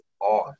on